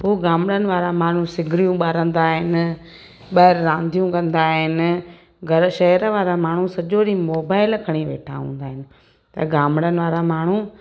पोइ गामणनि वारा माण्हू सिगड़ियूं ॿारींदा आहिनि ॿाहिरि रांदियूं कंदा आहिनि घरु शहर वारा माण्हू सॼो ॾींहुं मोबाइल खणी वेठा हूंदा आहिनि ऐं गामणनि वारा माण्हू